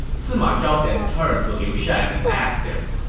sima zhao then turned to liu shan and asked him,